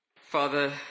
Father